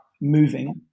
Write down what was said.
moving